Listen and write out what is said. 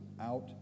out